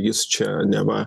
jis čia neva